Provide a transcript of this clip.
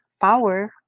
power